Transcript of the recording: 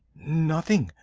nothing,